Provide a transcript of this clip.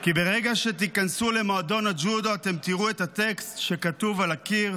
כי ברגע שתיכנסו למועדון הג'ודו אתם תראו את הטקסט שכתוב על הקיר,